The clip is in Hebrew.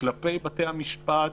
כלפי בתי המשפט